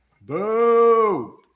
Boo